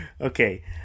Okay